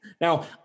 Now